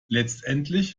letztendlich